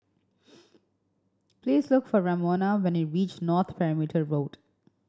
please look for Ramona when you reach North Perimeter Road